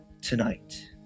tonight